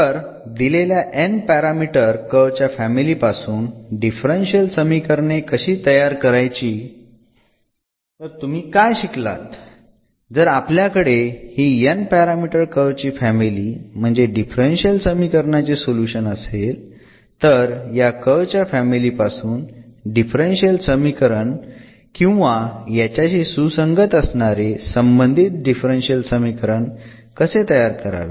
तर दिलेल्या n parameter curve च्या फॅमिली पासून डिफरन्शियल समीकरणे कशी तयार करायची तर तुम्ही काय शिकलात जर आपल्याकडे हि n पॅरामीटर कर्व ची फॅमिली म्हणजेच डिफरन्शियल समीकरणाचे सोल्युशन असेल तर या कर्व च्या फॅमिली पासून डिफरन्शियल समीकरण किंवा याच्याशी सुसंगत असणारे संबंधित डिफरन्शियल समीकरण कसे तयार करावे